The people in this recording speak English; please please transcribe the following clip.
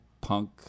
punk